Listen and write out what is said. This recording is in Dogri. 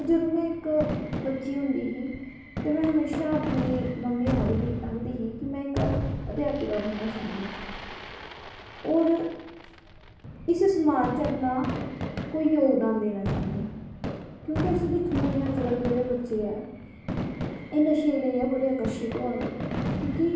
जदूं में इक बच्ची होंदी ही ते में हमेशा अपनी मम्मी गी आखदी ही में इक अध्यापिका बनना चाह्नी आं और इस समाज च अपना कोई जोगदान देना चाह्नी क्योंकि अस दिक्खने होने आं अज कल दे जेह्ड़े बच्चे ऐ एह् नशे गी लेईयै बड़े अकर्शितहोआ करदा क्योंकि